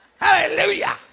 hallelujah